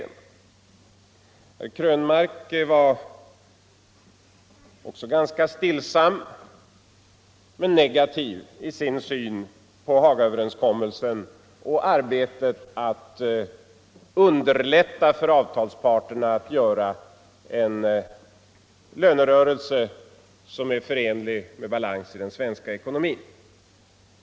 Även herr Krönmark var ganska stillsam, men negativ, när han utvecklade sin syn på Hagaöverenskommelsen och arbetet för att underlätta för avtalsparterna att göra en lönerörelse som är förenlig med balansen i den svenska ekonomin.